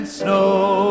snow